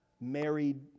married